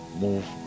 move